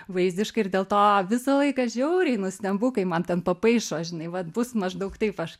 vaizdiškai ir dėl to visą laiką žiauriai nustembu kai man ten papaišo žinai vat bus maždaug taip aš